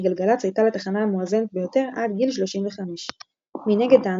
גלגלצ הייתה לתחנה המואזנת ביותר עד גיל 35. מנגד טענו